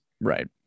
Right